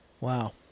Wow